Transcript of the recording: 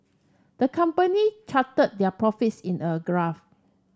the company charted their profits in a graph